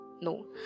No